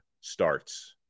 starts